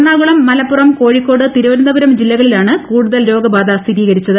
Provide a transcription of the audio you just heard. എറണാകുളം മലപ്പുറം കോഴിക്കോട് തീരുപ്പനന്തപുരം ജില്ലകളിലാണ് കൂടുതൽ രോഗബാധ സ്ഥിരീകരിച്ചത്